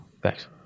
Thanks